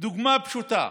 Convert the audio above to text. דוגמה פשוטה: